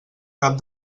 cap